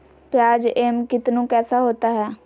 प्याज एम कितनु कैसा होता है?